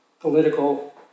political